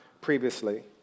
previously